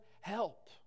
help